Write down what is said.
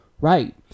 right